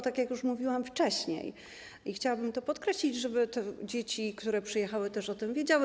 Tak jak już mówiłam wcześniej, chciałabym to podkreślić, żeby dzieci, które przyjechały, też o tym wiedziały.